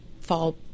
fall